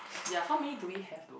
ya how many do we have to